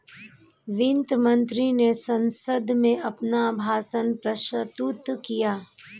वित्त मंत्री ने संसद में अपना भाषण प्रस्तुत किया